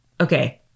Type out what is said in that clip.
okay